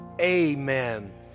Amen